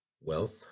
wealth